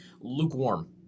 lukewarm